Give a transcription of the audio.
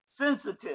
sensitive